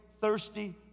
thirsty